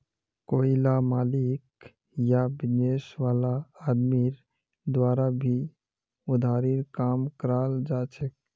कोईला मालिक या बिजनेस वाला आदमीर द्वारा भी उधारीर काम कराल जाछेक